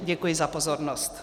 Děkuji za pozornost.